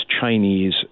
Chinese